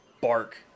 bark